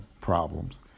problems